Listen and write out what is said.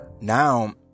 Now